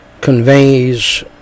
conveys